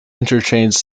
interchange